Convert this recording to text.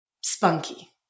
spunky